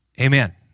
Amen